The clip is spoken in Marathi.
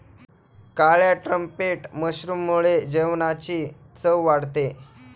काळ्या ट्रम्पेट मशरूममुळे जेवणाची चव वाढते